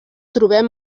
trobem